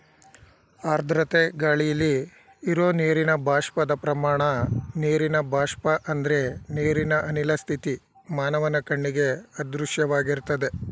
ಆರ್ದ್ರತೆ ಗಾಳಿಲಿ ಇರೋ ನೀರಿನ ಬಾಷ್ಪದ ಪ್ರಮಾಣ ನೀರಿನ ಬಾಷ್ಪ ಅಂದ್ರೆ ನೀರಿನ ಅನಿಲ ಸ್ಥಿತಿ ಮಾನವನ ಕಣ್ಣಿಗೆ ಅದೃಶ್ಯವಾಗಿರ್ತದೆ